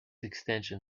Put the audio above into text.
extension